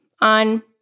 on